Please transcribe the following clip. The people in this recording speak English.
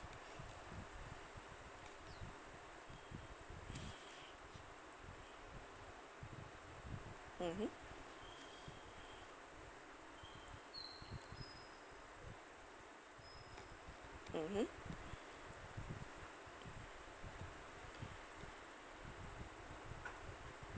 mmhmm mmhmm